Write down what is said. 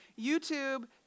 YouTube